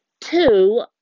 Two